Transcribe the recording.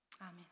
Amen